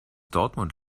dortmund